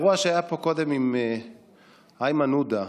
האירוע שהיה פה קודם עם איימן עודה,